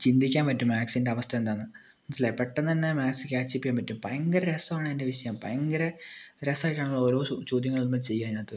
ചിന്തിക്കാം പറ്റും മാത്സിൻ്റെ അവസ്ഥ എന്താന്ന് മനസ്സിലായോ പെട്ടെന്ന് തന്നെ മാത്സ് ക്യാച്ച് അപ്പ് ചെയ്യാൻ പറ്റും ഭയങ്കര രസമാണ് ഇതിൻ്റെ വിഷയം ഭയങ്കര രസമായിട്ടാണ് ഓരോ ചോദ്യങ്ങളും ഇപ്പം ചെയ്യുക അതിനകത്ത്